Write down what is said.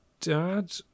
dad